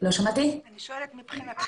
מבחינתכם,